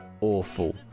awful